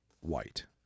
white